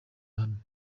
hano